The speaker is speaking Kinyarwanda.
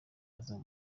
azaba